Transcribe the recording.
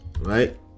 right